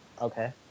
Okay